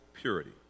purity